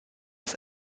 das